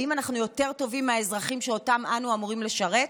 האם אנחנו יותר טובים מהאזרחים שאותם אנו אמורים לשרת?